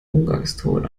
umgangston